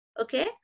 Okay